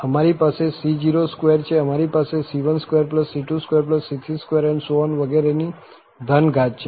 અમારી પાસે c02 છે અમારી પાસે c12c22c32 વગેરેની ધન ઘાત છે